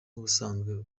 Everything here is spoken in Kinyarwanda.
ubusanzwe